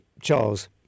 Charles